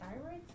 thyroid